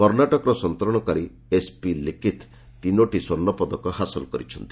କର୍ଣ୍ଣାଟକର ସନ୍ତରଣକାରୀ ଏସ୍ପି ଲିକିଥ୍ ତିନୋଟି ସ୍ୱର୍ଣ୍ଣପଦକ ହାସଲ କରିଛନ୍ତି